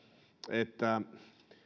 että